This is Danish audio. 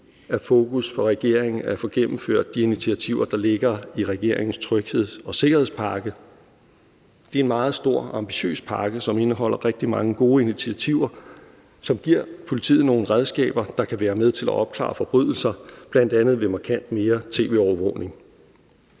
er fokus for regeringen at få gennemført de initiativer, der ligger i regeringens trygheds- og sikkerhedspakke. Det er en meget stor, ambitiøs pakke, som indeholder rigtig mange gode initiativer, som giver politiet nogle redskaber, der kan være med til at opklare forbrydelser, bl.a. ved markant mere tv-overvågning.